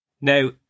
Now